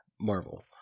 Marvel